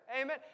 Amen